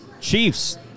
Chiefs